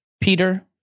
peter